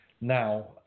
now